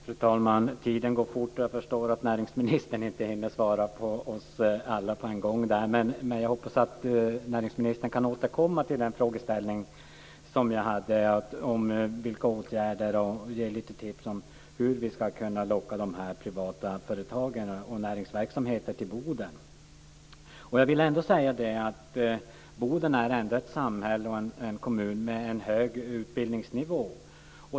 Fru talman! Tiden går fort, och jag förstår att näringsministern inte hinner svara på alla våra frågor. Men jag hoppas att näringsministern kan återkomma till den fråga som jag ställde om åtgärder och ge lite tips om hur vi ska locka privata företagare och näringsverksamheter till Boden. Boden är ändå en kommun där man har hög utbildningsnivå.